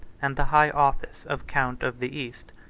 and the high office of count of the east.